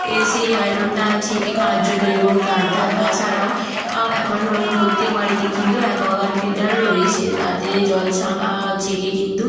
এ সেই আয়রনটা ছেঁকে খাওয়ার জন্য এবং তার তাছাড়াও এখন ওই প্রত্যেক বাড়িতেই কিন্তু অ্যাকোয়াগার্ড ফিল্টার রয়েছে তাতে জল ছাঁকা ছেঁকে কিন্তু